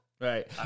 Right